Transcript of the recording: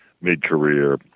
mid-career